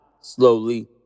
slowly